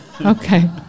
okay